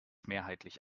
mehrheitlich